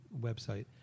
website